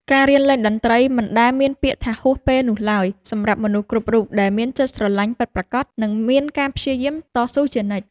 ការរៀនលេងតន្ត្រីមិនដែលមានពាក្យថាហួសពេលនោះឡើយសម្រាប់មនុស្សគ្រប់រូបដែលមានចិត្តស្រឡាញ់ពិតប្រាកដ និងមានការព្យាយាមតស៊ូជានិច្ច។